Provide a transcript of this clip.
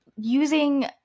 using